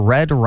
Red